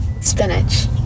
Spinach